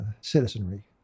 citizenry